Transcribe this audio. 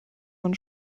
man